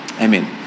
amen